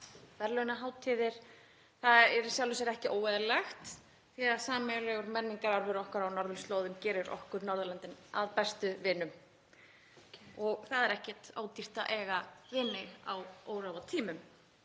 sjálfu sér ekki óeðlilegt því að sameiginlegur menningararfur okkar á norðurslóðum gerir okkur Norðurlöndin að bestu vinum og það er ekkert ódýrt að eiga vini á óróatímum.